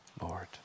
Lord